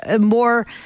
more